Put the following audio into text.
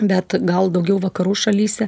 bet gal daugiau vakarų šalyse